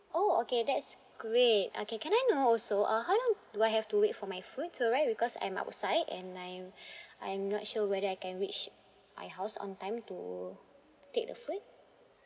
oh okay that's great okay can I know also uh how long do I have to wait for my food to arrive because I'm outside and I'm I'm not sure whether I can reach my house on time to take the food